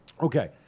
Okay